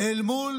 אל מול